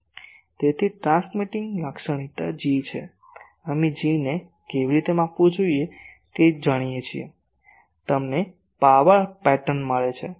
તેથી ટ્રાન્સમિટિંગ લાક્ષણિકતા G છે અમે Gને કેવી રીતે માપવું તે જાણીએ છીએ તમને પાવર પેટર્ન મળે છે